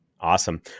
Awesome